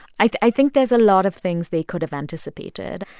i think there's a lot of things they could have anticipated.